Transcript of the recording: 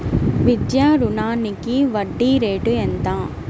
విద్యా రుణానికి వడ్డీ రేటు ఎంత?